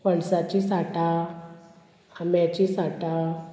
पणसाची सांटां आंब्याची सांटां